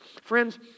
Friends